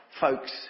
folks